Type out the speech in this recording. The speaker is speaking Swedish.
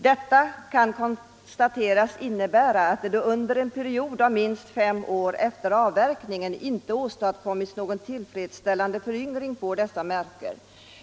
Det innebär att det under en period av minst fem år efter avverkningen inte har åstadkommits någon tillfredsställande föryngring på dessa marker.